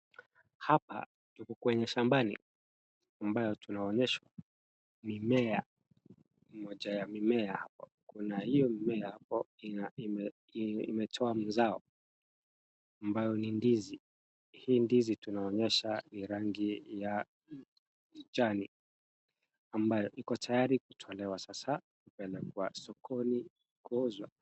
Hapa tuko kwenye shambani ambayo tunaonyeshwa mimea mmoja ya mimea hapo kuna hiyo mimea hapo imetoa mazao ambayo ni ndizi. Hii ndizi tunaonyesha ni rangi ya kijani ambayo iko tayari kutolewa sasa kupelekwa sokoni kuuzwa.